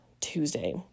Tuesday